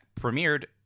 premiered